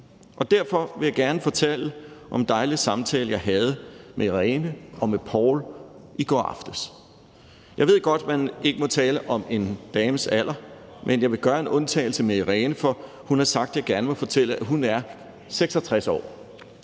Derfor vil jeg gerne fortælle om den dejlige samtale, som jeg havde med Irene og Poul i går aftes. Jeg ved godt, at man ikke må tale om en dames alder, men jeg vil gøre en undtagelse med Irene, for hun har sagt, at jeg gerne må fortælle, at hun er 66 år.